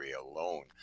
alone